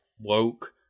Woke